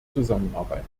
zusammenarbeit